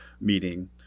meeting